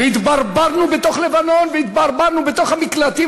והתברברנו בתוך לבנון והתברברנו בתוך המקלטים,